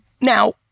now